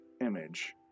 image